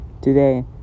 today